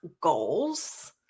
goals